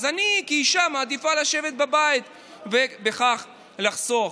אז אני כאישה מעדיפה לשבת בבית וכך לחסוך.